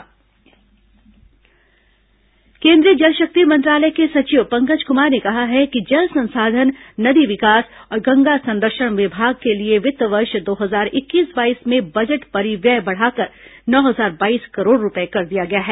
केंद्रीय जल शक्ति केंद्रीय जल शक्ति मंत्रालय के सचिव पंकज कुमार ने कहा है कि जल संसाधन नदी विकास और गंगा संरक्षण विभाग के लिए वित्त वर्ष दो हजार इक्कीस बाईस में बजट परिव्यय बढ़ाकर नौ हजार बाईस करोड़ रुपये कर दिया गया है